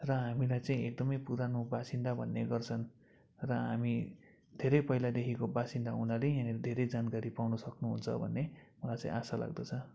र हामीलाई चाहिँ एकदमै पुरानो बासिन्दा भन्ने गर्छन् र हामी धेरै पहिलादेखिको बासिन्दा हुनाले यहाँनिर धेरै जानकारी पाउन सक्नुहुन्छ भन्ने मलाई चाहिँ आशा लाग्दछ